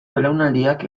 belaunaldiak